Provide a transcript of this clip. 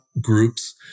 groups